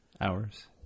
hours